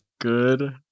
Good